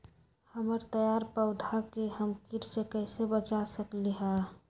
हमर तैयार पौधा के हम किट से कैसे बचा सकलि ह?